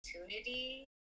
opportunity